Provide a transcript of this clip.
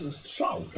strzał